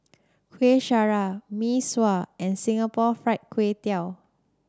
Kuih Syara Mee Sua and Singapore Fried Kway Tiao